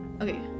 okay